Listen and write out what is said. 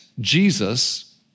Jesus